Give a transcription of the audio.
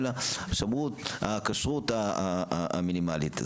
אלא הכשרות המינימלית.